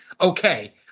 okay